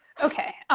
okay,